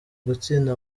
gutsinda